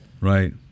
right